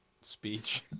speech